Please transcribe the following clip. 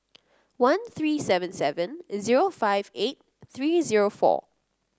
one three seven seven zero five eight three zero four